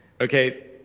okay